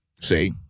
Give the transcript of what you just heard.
See